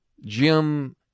Jim